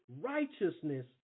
righteousness